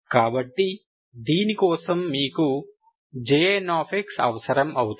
కాబట్టి దీని కోసం మీకు Jn అవసరం అవుతుంది